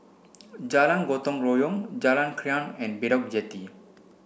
Jalan Gotong Royong Jalan Krian and Bedok Jetty